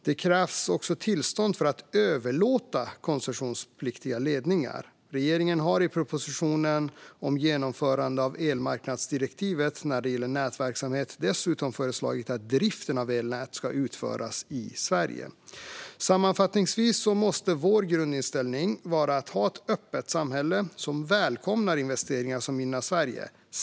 Det krävs också tillstånd för att överlåta koncessionspliktiga ledningar. Regeringen har i propositionen om genomförande av elmarknadsdirektivet när det gäller nätverksamhet dessutom föreslagit att driften av elnät ska utföras i Sverige. Sammanfattningsvis måste vår grundinställning vara att ha ett öppet samhälle som välkomnar investeringar som gynnar Sverige.